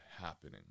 happening